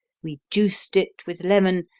we juiced it with lemon,